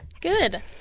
Good